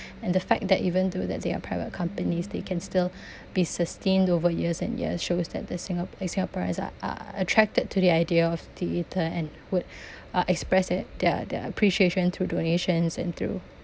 and the fact that even though that they are private companies they can still be sustained over years and years shows that the singa~ singaporeans are are attracted to the idea of theatre and would uh express it their their appreciation through donations and through